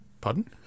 pardon